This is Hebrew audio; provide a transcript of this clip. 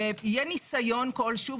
ויהיה ניסיון כלשהו,